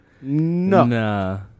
No